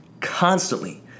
constantly